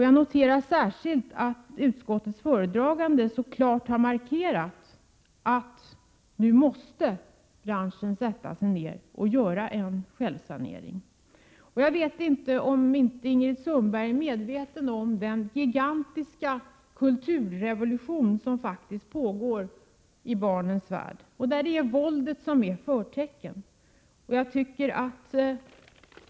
Jag noterar särskilt att utskottets talesman så klart har markerat att branschen nu måste göra en självsanering. Jag vet inte om Ingrid Sundberg är medveten om den gigantiska kulturrevolution som faktiskt pågår i barnens värld, en revolution där våldet är förtecknet.